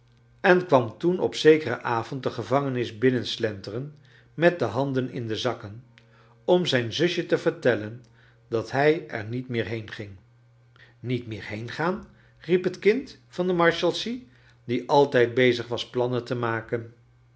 en kwam toen op zekeren avond de gevangenis bicnenslenteren met de handen in do zakken om zijn zusje te vertellen dat hij er niet meer heenging niet meer heengaan riep het kind van de marshalsea die altijd bezig was plannen te maken